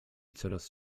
coraz